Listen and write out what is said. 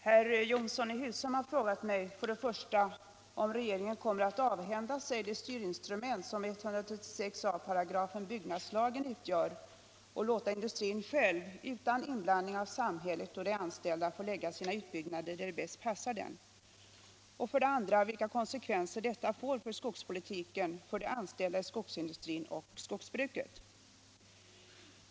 Herr talman! Herr Jonsson i Husum har frågat mig 1. om regeringen kommer att avhända sig det styrinstrument som 136 a§ byggnadslagen utgör och låta industrin själv, utan inblandning av samhället och de anställda, få lägga sina utbyggnader där det bäst passar den och 2. vilka konsekvenser detta får för skogspolitiken, för de anställda i skogsindustrin och skogsbruket.